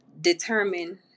determine